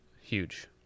huge